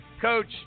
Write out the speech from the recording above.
Coach